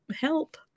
Help